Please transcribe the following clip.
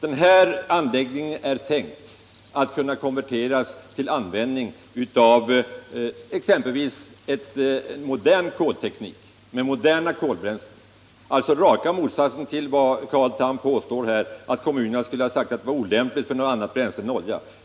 Fittjaanläggningen är tänkt att kunna konverteras till modern teknik, med moderna bränslen. Det är alltså raka motsatsen till vad Carl Tham här påstod att kommunerna skulle ha sagt, nämligen att anläggningen är olämplig för annat bränsle än olja.